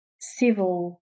civil